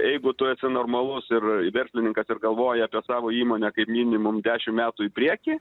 jeigu tu esi normalus ir verslininkas ir galvoji apie savo įmonę kaip minimum dešim metų į priekį